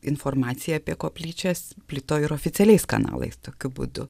informacija apie koplyčias plito ir oficialiais kanalais tokiu būdu